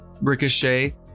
Ricochet